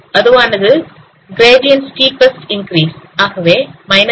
அது வானது கிரேடியன் ன் மிக அதிகப்படியான உயர்வாகும்